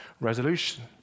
resolution